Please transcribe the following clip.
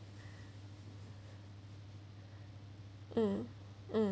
um um